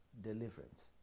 deliverance